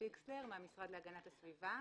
המשפטית של המשרד להגנת הסביבה.